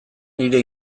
nire